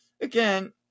again